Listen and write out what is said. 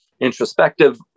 introspective